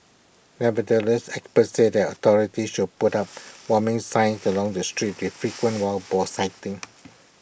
nevertheless experts said that authorities should put up warming signs along the street with frequent wild boar sightings